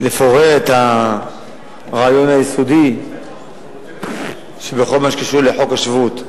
לפורר את הרעיון היסודי בכל מה שקשור לחוק השבות.